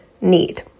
need